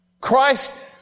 Christ